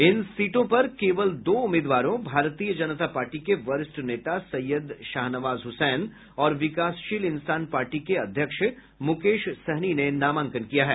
इन सीटों पर केवल दो उम्मीदवारों भारतीय जनता पार्टी के वरिष्ठ नेता सैयद शाहनवाज हसैन और विकासशील इंसान पार्टी के अध्यक्ष मुकेश सहनी ने नामांकन किया है